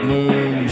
Moon